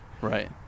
Right